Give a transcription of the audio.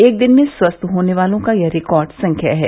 एक दिन में स्वस्थ होने वालों की यह रिकॉर्ड संख्या है